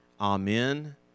Amen